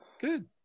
good